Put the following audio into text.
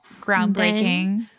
Groundbreaking